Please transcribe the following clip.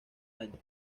año